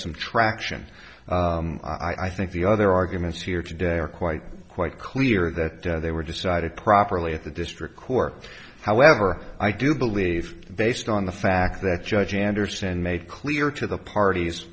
some traction i think the other arguments here today are quite quite clear that they were decided properly at the district court however i do believe based on the fact that judge andersen made clear to the parties